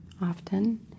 often